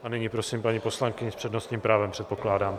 A nyní prosím paní poslankyni s přednostním právem, předpokládám.